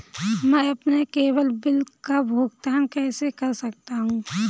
मैं अपने केवल बिल का भुगतान कैसे कर सकता हूँ?